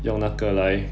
用那个来